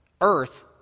earth